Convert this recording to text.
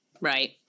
right